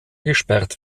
gesperrt